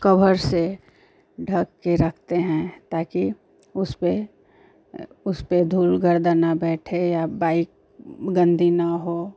cover से ढककर रखते हैं ताकि उसपर उसपर धूल गर्दा न बैठे या बाइक़ गन्दी न हो